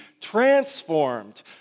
transformed